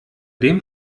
dem